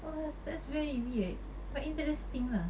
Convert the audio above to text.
oh that's very weird but interesting lah